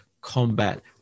combat